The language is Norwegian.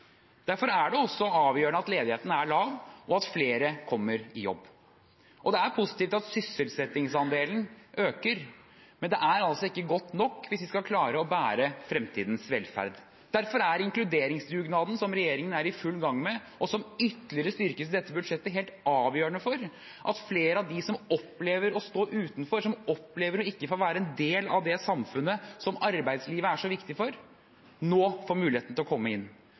Derfor er det også avgjørende at ledigheten er lav, og at flere kommer i jobb. Det er positivt at sysselsettingsandelen øker, men det er altså ikke godt nok hvis vi skal klare å bære fremtidens velferd. Derfor er inkluderingsdugnaden som regjeringen er i full gang med, og som ytterligere styrkes i dette budsjettet, helt avgjørende for at flere av dem som opplever å stå utenfor, som opplever ikke å være en del av det samfunnet som arbeidslivet er så viktig for, nå får muligheten til å komme inn